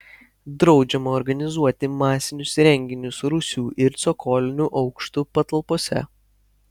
draudžiama organizuoti masinius renginius rūsių ir cokolinių aukštų patalpose